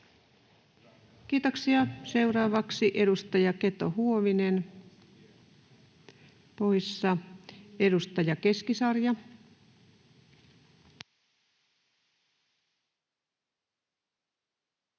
Kiitoksia. — Seuraavaksi edustaja Keto-Huovinen, poissa. — Edustaja Keskisarja. Arvoisa